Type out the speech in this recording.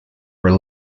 were